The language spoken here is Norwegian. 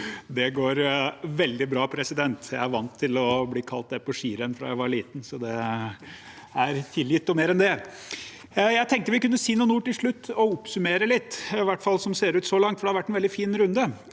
Det går vel- dig bra, president. Jeg er vant til å bli kalt det på skirenn fra jeg var liten, så det er tilgitt og mer enn det! Jeg tenkte jeg kunne si noen ord til slutt og oppsummere litt, i hvert fall slik det ser ut så langt, for det har vært en veldig fin runde.